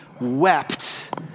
wept